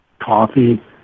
coffee